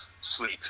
sleep